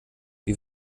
wie